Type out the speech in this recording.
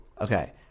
Okay